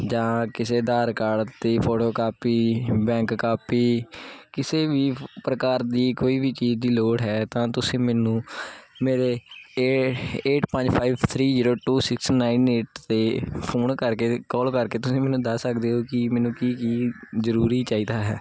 ਜਾਂ ਕਿਸੇ ਆਧਾਰ ਕਾਰਡ ਦੀ ਫੋਟੋ ਕਾਪੀ ਬੈਂਕ ਕਾਪੀ ਕਿਸੇ ਵੀ ਪ੍ਰਕਾਰ ਦੀ ਕੋਈ ਵੀ ਚੀਜ਼ ਦੀ ਲੋੜ ਹੈ ਤਾਂ ਤੁਸੀਂ ਮੈਨੂੰ ਮੇਰੇ ਏ ਏਟ ਪੰਜ five five three two six nine eight 'ਤੇ ਫੋਨ ਕਰਕੇ ਕਾਲ ਕਰਕੇ ਤੁਸੀਂ ਮੈਨੂੰ ਦੱਸ ਸਕਦੇ ਹੋ ਕਿ ਮੈਨੂੰ ਕੀ ਕੀ ਜ਼ਰੂਰੀ ਚਾਹੀਦਾ ਹੈ